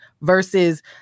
versus